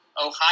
Ohio